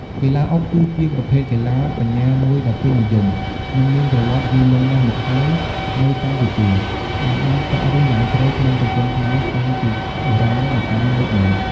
កីឡាអុកគឺជាប្រភេទកីឡាបញ្ញាមួយដ៏ពេញនិយម និងមានប្រវត្តិយូរលង់ណាស់មកហើយនៅកម្ពុជា ដែលបានចាក់ឫសយ៉ាងជ្រៅក្នុងសង្គមខ្មែរតាំងពីបុរាណកាលមកម៉្លេះ។